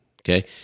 Okay